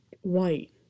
white